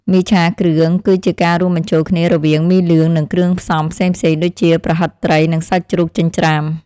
មីឆាគ្រឿងគឺជាការរួមបញ្ចូលគ្នារវាងមីលឿងនិងគ្រឿងផ្សំផ្សេងៗដូចជាប្រហិតត្រីនិងសាច់ជ្រូកចិញ្ច្រាំ។